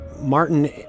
Martin